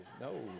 no